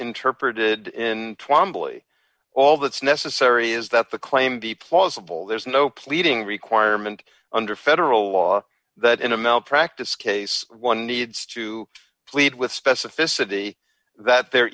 interpreted in tuam plea all that's necessary is that the claim be plausible there's no pleading requirement under federal law that in a malpractise case one needs to plead with specificity that there